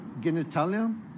genitalia